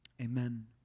Amen